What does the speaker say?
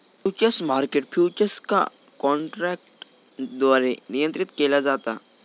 futures market futures का काँट्रॅकद्वारे नियंत्रीत केला जाता